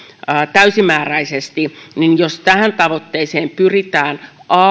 täysimääräisesti a jos tähän tavoitteeseen pyritään